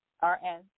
R-S